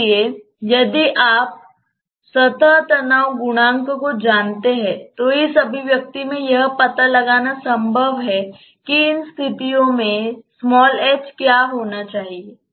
इसलिए यदि आप सतह तनाव गुणांक को जानते हैं तो इस अभिव्यक्ति में यह पता लगाना संभव है कि इन स्थितियों में h क्या होना चाहिए